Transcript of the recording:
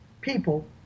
people